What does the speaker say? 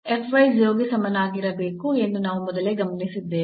0 ಗೆ ಸಮನಾಗಿರಬೇಕು ಎಂದು ನಾವು ಮೊದಲೇ ಗಮನಿಸಿದ್ದೇವೆ